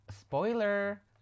spoiler